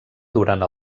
durant